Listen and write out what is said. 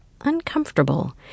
Uncomfortable